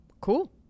Cool